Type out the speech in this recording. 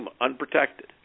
unprotected